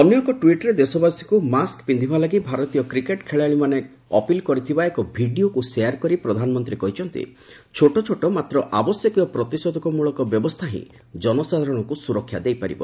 ଅନ୍ୟ ଏକ ଟ୍ୱିଟ୍ରେ ଦେଶବାସୀଙ୍କୁ ମାସ୍କ ପିନ୍ଧିବା ଲାଗି ଭାରତୀୟ କ୍ରିକେଟ୍ ଖେଳାଳିମାନେ ଅପିଲ୍ କରିଥିବା ଏକ ଭିଡ଼ିଓକୁ ସେୟାର କରି ପ୍ରଧାନମନ୍ତ୍ରୀ କହିଛନ୍ତି ଛୋଟ ଛୋଟ ମାତ୍ର ଆବଶ୍ୟକୀୟ ପ୍ରତିଷେଧକ ମୂଳକ ବ୍ୟବସ୍ଥା ହିଁ ଜନସାଧାରଣଙ୍କୁ ସୁରକ୍ଷା ଦେଇପାରିବ